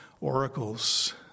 oracles